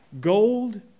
gold